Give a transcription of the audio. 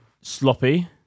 Sloppy